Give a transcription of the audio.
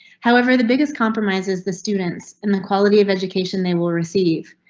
however, the biggest compromises, the students and the quality of education they will receive.